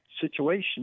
situation